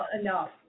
enough